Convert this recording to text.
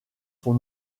son